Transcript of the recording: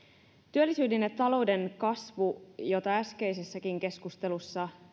työllisyyden ja talouden kasvu jota äskeisessäkin keskustelussa